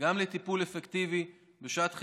גם לטיפול אפקטיבי בשעת חירום,